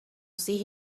see